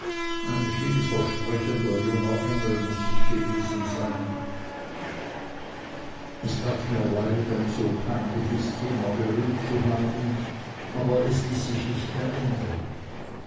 ein vielversprechender junger engel muß ich gewesen sein es tat mir sehr leid ein so peinliches thema berührt zu haben aber es ließ sich nicht mehr ändern